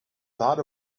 thought